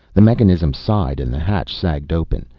the mechanism sighed and the hatch sagged open.